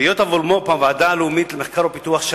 בהיות המולמו"פ הוועדה הלאומית למחקר ולפיתוח,